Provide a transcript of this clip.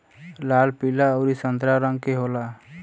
लाल पीला अउरी संतरा रंग के होला